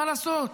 מה לעשות?